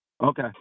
Okay